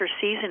season